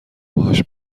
باهاش